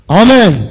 amen